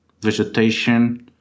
vegetation